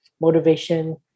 motivation